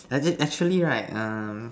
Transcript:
as in actually right um